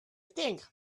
think